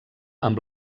amb